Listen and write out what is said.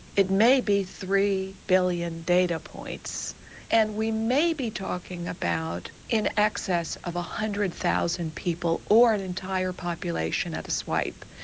it may be three billion data points and we may be talking about in excess of a hundred thousand people or an entire population at a swipe.